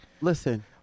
Listen